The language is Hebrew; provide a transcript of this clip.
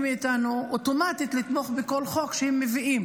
מאיתנו אוטומטית לתמוך בכל חוק שהם מביאים